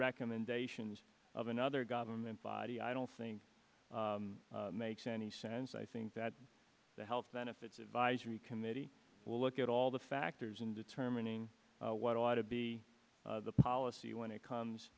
recommendations of another government body i don't think makes any sense i think that the health benefits advisory committee will look at all the factors in determining what ought to be the policy when it comes